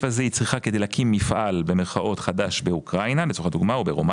הזה היא צריכה כדי להקים "מפעל" חדש באוקראינה או ברומניה,